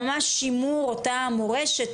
ממש שימור אותה מורשת,